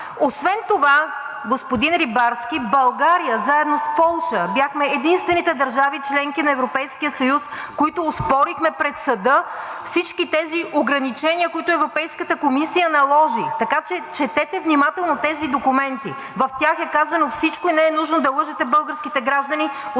Освен това, господин Рибарски, България заедно с Полша бяхме единствените държави – членки на Европейския съюз, които оспорихме пред съда всички тези ограничения, които Европейската комисия наложи. Така че четете внимателно тези документи. В тях е казано всичко и не е нужно да лъжете българските граждани